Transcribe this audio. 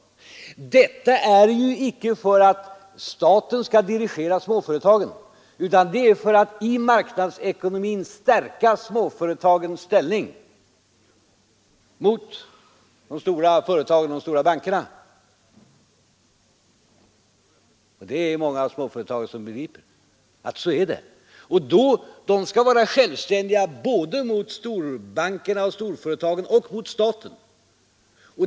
Allt detta sker inte för att staten skall dirigera småföretagen utan för att i marknadsekonomin stärka småföretagens ställning mot de stora företagen och de stora bankerna. Många småföretag begriper att det förhåller sig så: de skall vara självständiga såväl gentemot storbankerna, storföretagen som staten.